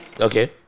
Okay